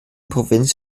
provinz